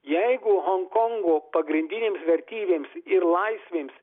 jeigu honkongo pagrindinėms vertybėms ir laisvėms